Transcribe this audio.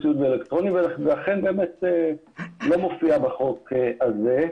אלקטרונית ואכן זה לא מופיע בחוק הזה.